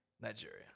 Nigeria